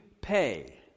pay